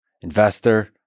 investor